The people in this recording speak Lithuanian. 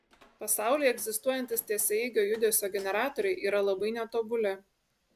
pasaulyje egzistuojantys tiesiaeigio judesio generatoriai yra labai netobuli